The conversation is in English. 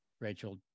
rachel